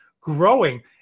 growing